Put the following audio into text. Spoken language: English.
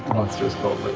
monster's called, by